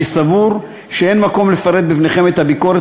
אני סבור שאין מקום לפרט בפניכם את הביקורת